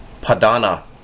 padana